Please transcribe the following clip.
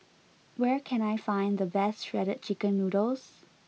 where can I find the best shredded chicken noodles